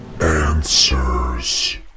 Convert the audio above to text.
Answers